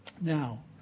Now